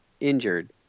injured